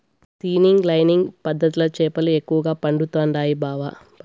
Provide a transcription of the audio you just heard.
seining lining పద్ధతిల చేపలు ఎక్కువగా పడుతండాయి బావ